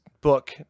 book